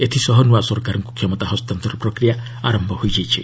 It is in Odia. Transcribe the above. ଏଥିସହ ନୂଆ ସରକାରକୁ କ୍ଷମତା ହସ୍ତାନ୍ତର ପ୍ରକ୍ରିୟା ଆରମ୍ଭ ହୋଇଛି